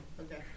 Okay